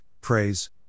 praise